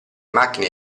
macchine